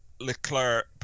Leclerc